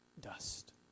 dust